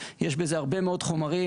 יש בזה הרבה מאוד חומרים.